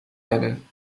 hebben